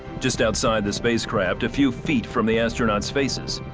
just outside the spacecraft, a few feet from the astronauts faces,